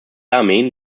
armeen